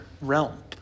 realm